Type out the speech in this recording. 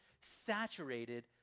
saturated